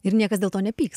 ir niekas dėl to nepyks